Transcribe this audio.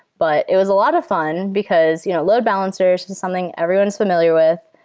but it was a lot of fun because you know load balancers is something everyone is familiar with.